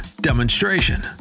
demonstration